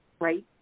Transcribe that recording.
right